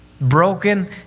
Broken